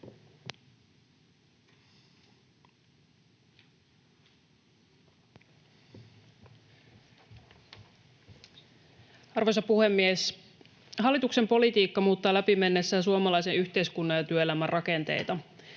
Arvoisa puhemies! Hallituksen politiikka muuttaa läpi mennessään suomalaisen yhteiskunnan ja työelämän rakenteita.